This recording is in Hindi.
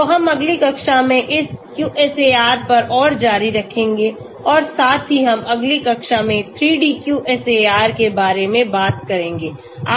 तो हम अगली कक्षा में इस QSAR पर और जारी रखेंगे और साथ ही हम अगली कक्षा में 3 D QSAR के बारे में बात करेंगे